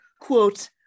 quote